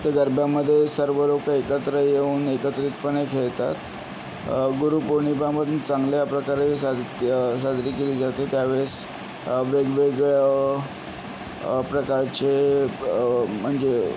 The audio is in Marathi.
त्या गरब्यामध्ये सर्व लोकं एकत्र येऊन एकत्रितपणे खेळतात गुरुपौर्णिमामध्ये चांगल्या प्रकारे साज साजरी केली जाते त्यावेळेस वेगवेगळं प्रकारचे म्हणजे